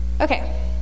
Okay